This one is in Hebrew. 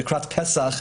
לקראת פסח,